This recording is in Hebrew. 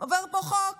עובר פה חוק